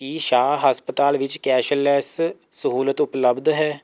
ਕੀ ਸ਼ਾਹ ਹਸਪਤਾਲ ਵਿੱਚ ਕੈਸ਼ਲੈਸ ਸਹੂਲਤ ਉਪਲਬਧ ਹੈ